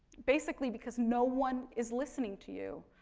basically, because no one is listening to you,